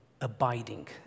abiding